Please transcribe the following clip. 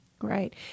Right